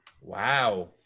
wow